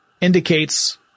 indicates